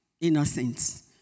innocence